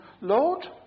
Lord